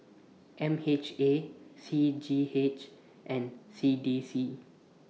M H A C G H and C D C